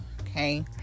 Okay